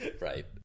Right